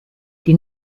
die